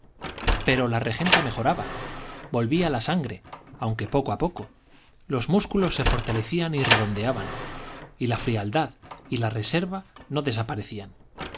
pero la regenta mejoraba volvía la sangre aunque poco a poco los músculos se fortalecían y redondeaban y la frialdad y la reserva no desaparecían